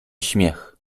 śmiech